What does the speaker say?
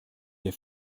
der